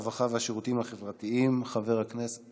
הרווחה והשירותים החברתיים חבר הכנסת